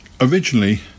Originally